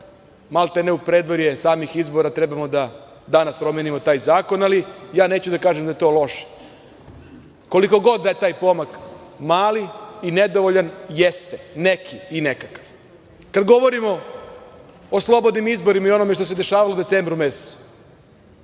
maltene u predvorje samih izbora trebamo da danas promenimo taj zakon, ali ja neću da kažem da je to loše. Koliko god da je taj pomak mali i nedovoljan jeste neki i nekakav. Kada govorimo o slobodnim izborima i onome što se dešavalo u decembru mesecu,